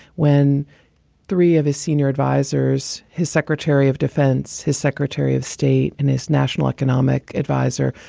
when three of his senior advisers, his secretary of defense, his secretary of state and his national economic adviser,